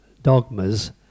Dogmas